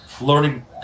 learning